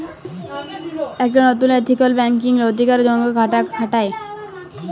একট লতুল ethical banking এখন লৈতিকতার সঙ্গ টাকা খাটায়